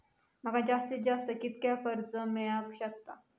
माका जास्तीत जास्त कितक्या कर्ज मेलाक शकता?